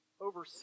Over